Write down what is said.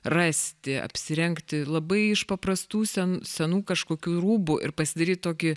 rasti apsirengti labai iš paprastų senų senų kažkokių rūbų ir pasidaryt tokį